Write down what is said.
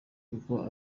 kuko